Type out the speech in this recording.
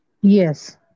Yes